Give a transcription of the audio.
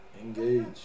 Engage